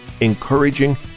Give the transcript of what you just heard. encouraging